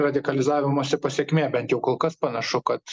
radikalizavimosi pasekmė bent jau kol kas panašu kad